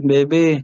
Baby